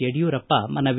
ಯಡಿಯೂರಪ್ಪ ಮನವಿ